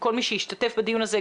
לכל מי שהשתתף בדיון הזה,